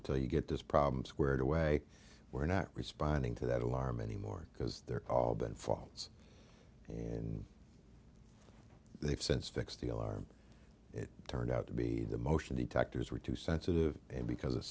until you get this problem squared away we're not responding to that alarm anymore because they're all been faults and they've since fixed the alarm it turned out to be the motion detectors were too sensitive because